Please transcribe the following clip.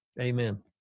Amen